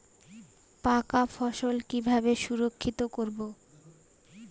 পাকা ফসল কিভাবে সংরক্ষিত করব?